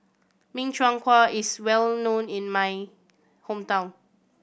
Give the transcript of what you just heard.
Min Chiang Kueh is well known in my hometown